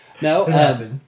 No